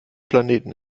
planeten